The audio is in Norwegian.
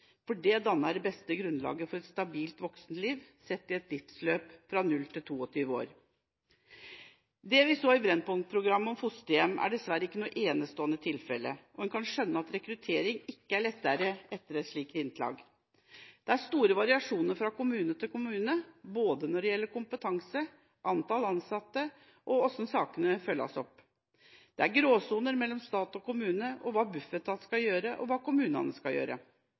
for det danner det beste grunnlaget for et stabilt voksenliv, sett i et livsløp fra 0–22 år. Det vi så i Brennpunkt-programmet om fosterhjem, er dessverre ikke noe enestående tilfelle, og en kan skjønne at rekruttering ikke blir lettere etter et slikt innslag. Det er store variasjoner fra kommune til kommune når det gjelder både kompetanse, antall ansatte og hvordan sakene følges opp. Det er gråsoner mellom stat og kommune, og mellom hva Bufetat skal gjøre, og hva kommunene skal gjøre.